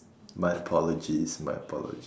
my apologies my apologies